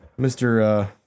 mr